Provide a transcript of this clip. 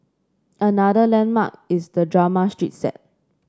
another landmark is the drama street set